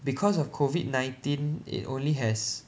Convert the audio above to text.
because of COVID nineteen it only has